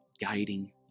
guiding